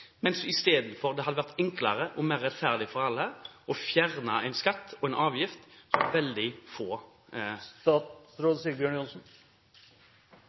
det isteden hadde vært enklere og mer rettferdig for alle å fjerne en skatt og en avgift som veldig få